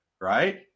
right